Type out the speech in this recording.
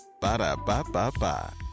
Ba-da-ba-ba-ba